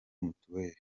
mutuel